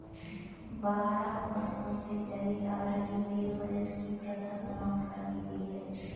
बारह वर्षों से चली आ रही रेल बजट की प्रथा समाप्त कर दी गयी